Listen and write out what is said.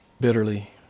bitterly